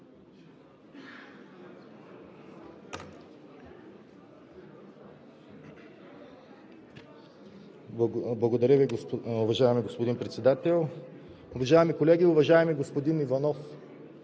Благодаря Ви, уважаеми господин Председател. Уважаеми колеги! Уважаеми господин Иванов,